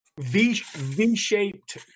V-shaped